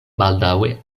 baldaŭe